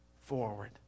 forward